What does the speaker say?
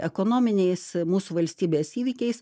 ekonominiais mūsų valstybės įvykiais